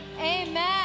amen